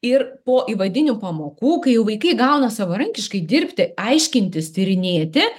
ir po įvadinių pamokų kai jau vaikai gauna savarankiškai dirbti aiškintis tyrinėti